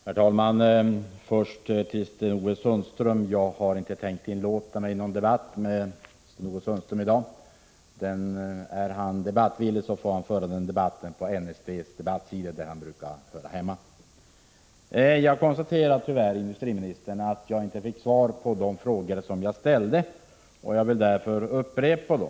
Herr talman! Först vill jag säga att jag inte har tänkt inlåta mig på någon debatt med Sten-Ove Sundström i dag. Är han debattvillig får han föra den debatten på NSD:s debattsidor där han brukar höra hemma. Jag konstaterar, industriministern, att jag tyvärr inte fick svar på de frågor som jag ställt, och jag vill därför upprepa dem.